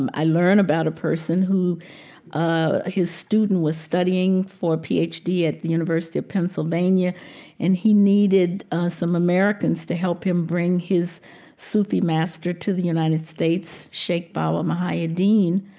um i learn about a person who ah his student was studying for a ph d. at the university of pennsylvania and he needed some americans to help him bring his sufi master to the united states, sheikh bawa muhaiyadeem,